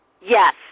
Yes